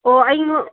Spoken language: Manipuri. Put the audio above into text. ꯑꯣ ꯑꯩ